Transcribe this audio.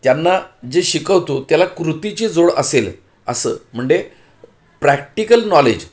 त्यांना जे शिकवतो त्याला कृतीची जोड असेल असं म्हणजे प्रॅक्टिकल नॉलेज